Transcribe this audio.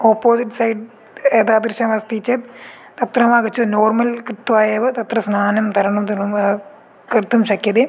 opposite side एतादृशम् अस्ति चेत् तत्र नागच्छन् नोर्मल् कृत्वा एव तत्र स्नानं तरणं सर्वं कर्तुं शक्यते